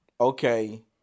okay